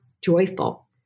joyful